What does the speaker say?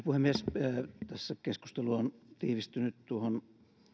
puhemies tässä keskustelu on tiivistynyt tuohon